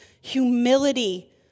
humility